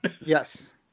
Yes